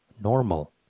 Normal